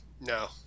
no